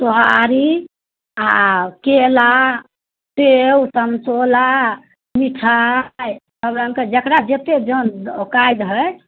सोहारी आओर केला सेब सन्तोला मिठाइ सबरङ्गके जकरा जतेक जन औकाति हइ